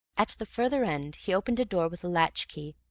at the further end he opened a door with a latch-key,